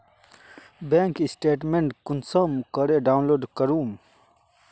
Bank statement कुंसम करे download करूम?